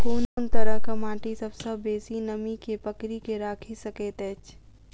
कोन तरहक माटि सबसँ बेसी नमी केँ पकड़ि केँ राखि सकैत अछि?